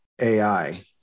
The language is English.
AI